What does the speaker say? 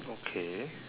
okay